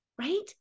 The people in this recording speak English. right